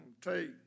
take